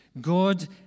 God